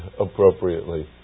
appropriately